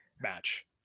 match